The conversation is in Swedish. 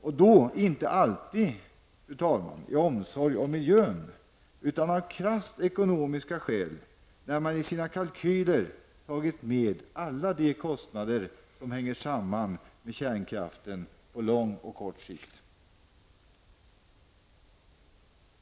Det är inte alltid av omsorg om miljön utan av krasst ekonomiska skäl. Man tar i sina kalkyler hänsyn till alla de kostnader som hänger samman med kärnkraften på både lång och kort sikt.